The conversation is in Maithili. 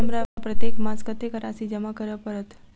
हमरा प्रत्येक मास कत्तेक राशि जमा करऽ पड़त?